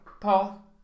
Paul